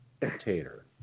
dictator